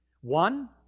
One